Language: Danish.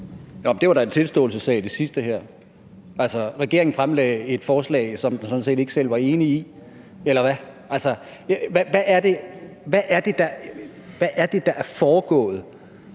her var da en tilståelsessag. Altså, regeringen fremlagde et forslag, som den sådan set ikke selv var enig i, eller hvad? Hvad er det, der er foregået